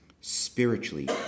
spiritually